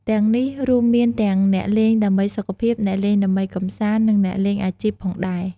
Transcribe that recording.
ទាំងនេះរួមមានទាំងអ្នកលេងដើម្បីសុខភាព អ្នកលេងដើម្បីកម្សាន្ត និងអ្នកលេងអាជីពផងដែរ។